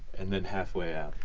and then halfway out.